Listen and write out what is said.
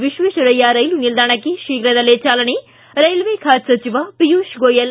ವಿಶ್ವೇಶ್ವರಯ್ಯ ರೈಲು ನಿಲ್ದಾಣಕ್ಕೆ ಶೀಘ್ರದಲ್ಲೇ ಚಾಲನೆ ರೈಲ್ವೆ ಖಾತೆ ಸಚಿವ ಪಿಯೂಷ್ ಗೋಯಲ್